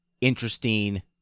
interesting